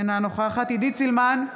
אינה נוכחת עידית סילמן,